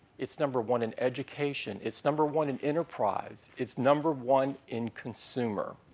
it's number one in education. it's number one in enterprise. it's number one in consumer.